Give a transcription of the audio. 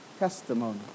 Testimony